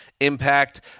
impact